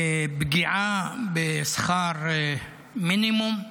פגיעה בשכר המינימום,